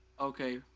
Okay